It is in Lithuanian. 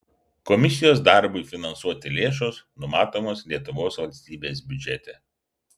komisijos darbui finansuoti lėšos numatomos lietuvos valstybės biudžete